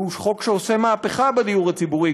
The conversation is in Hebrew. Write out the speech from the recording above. והוא חוק שעושה מהפכה בדיור הציבורי,